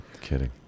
Kidding